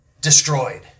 destroyed